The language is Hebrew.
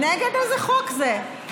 נגד איזה חוק זה?